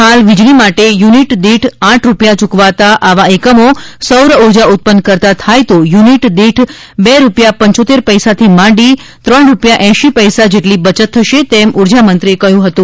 હાલ વીજળી માટે યુનિટ દીઠ આઠ રૂપિયા ચુકવતા આવા એકમો સૌરઉર્જા ઉત્પન્ન કરતા થાય તો યુનિટ દીઠ બે રૂપિયા પંચોતેર પૈસાથી માંડી ત્રણ રૂપિયા એંશી પૈસા જેટલી બચત થશે તેમ ઉર્જામંત્રીએ કહ્યું હતું